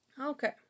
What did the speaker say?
Okay